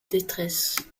détresse